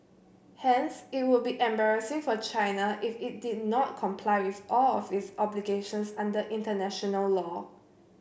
hence it would be embarrassing for China if it did not comply with all of its obligations under international law